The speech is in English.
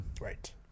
Right